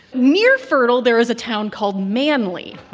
near fertile, there is a town called manly.